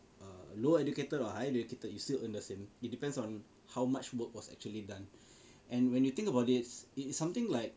err low educated or highly educated you still earn the same it depends on how much work was actually done and when you think about it is it something like